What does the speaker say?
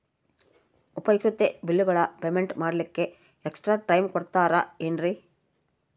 ಉಪಯುಕ್ತತೆ ಬಿಲ್ಲುಗಳ ಪೇಮೆಂಟ್ ಮಾಡ್ಲಿಕ್ಕೆ ಎಕ್ಸ್ಟ್ರಾ ಟೈಮ್ ಕೊಡ್ತೇರಾ ಏನ್ರಿ?